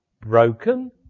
broken